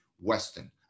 Weston